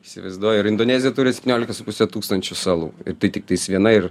įsivaizduoju ir indonezija turi septyniolika su puse tūkstančių salų tai tiktais viena ir